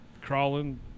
Crawling